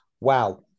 Wow